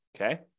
Okay